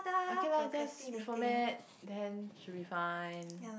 okay lah just reformat then should be fine